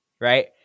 right